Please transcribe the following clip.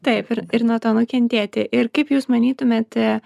taip ir ir nuo to nukentėti ir kaip jūs manytumėte